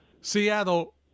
Seattle